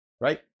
Right